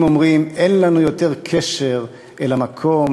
אומרים: אין לנו יותר קשר אל המקום